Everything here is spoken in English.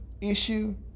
issue